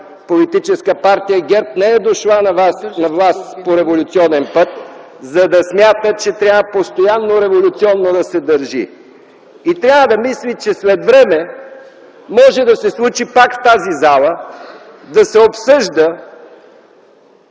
политическа партия ГЕРБ не е дошла на власт по революционен път, за да смята, че трябва постоянно да се държи революционно и трябва да мисли, че след време може да се случи пак в тази зала да се обсъжда